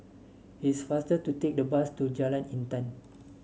it's faster to take the bus to Jalan Intan